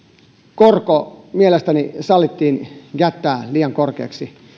korko mielestäni sallittiin jättää liian korkeaksi